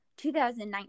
2019